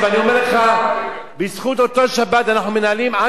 בזכות אותה שבת אנחנו מנהלים עד היום מאבק משפטי,